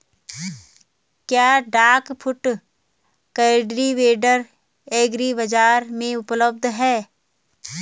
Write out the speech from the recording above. क्या duck foot cultivator agri बाज़ार में उपलब्ध है?